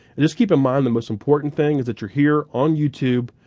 just keep in mind the most important thing is that you're here on youtube,